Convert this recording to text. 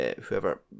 whoever